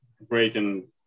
breaking